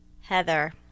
Heather